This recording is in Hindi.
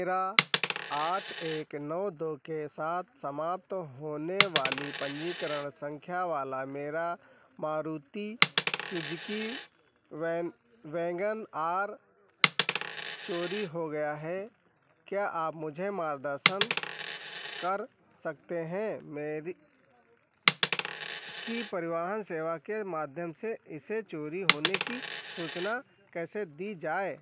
मेरा आठ एक नौ दो के साथ समाप्त होने वाली पन्जीकरण सँख्या वाला मेरा मारुति सुजुकी वै वैगन आर चोरी हो गया है क्या आप मुझे मार्गदर्शन कर सकते हैं कि परिवहन सेवा के माध्यम से इसे चोरी होने की सूचना कैसे दी जाए